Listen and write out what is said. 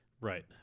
Right